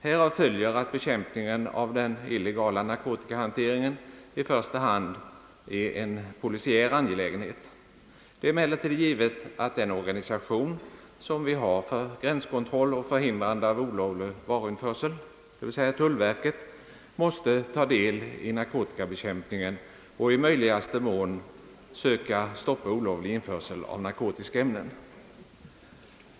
Härav följer att bekämpningen av den illegala narkotikahanteringen i första hand är en polisiär angelägenhet. Det är emellertid givet att den organisation som vi har för gränskontroll och förhindrande av olovlig varuinförsel, d.v.s. tullverket, måste ta del i narkotikabekämpningen och i möjligaste mån söka stoppa olovlig införsel av narkotiska ämnen.